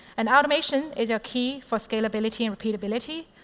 and automation is ah key for scalability and repeatability.